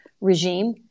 regime